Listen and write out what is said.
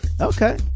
Okay